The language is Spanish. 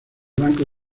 banco